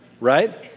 Right